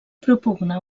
propugna